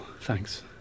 thanks